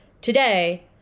today